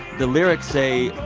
the lyrics say,